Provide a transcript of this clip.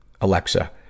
Alexa